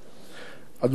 אדוני ראש הממשלה,